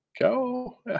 go